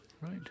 Right